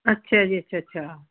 ਅੱਛਾ ਜੀ ਅੱਛਾ ਅੱਛਾ